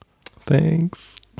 Thanks